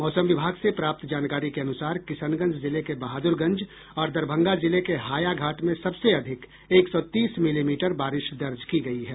मौसम विभाग से प्राप्त जानकारी के अनुसार किशनगंज जिले के बहादुरगंज और दरभंगा जिले के हायाघाट में सबसे अधिक एक सौ तीस मिलीमीटर बारिश दर्ज की गयी है